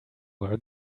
were